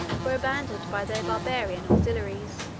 were abandoned by their barbarian auxiliaries